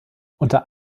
unter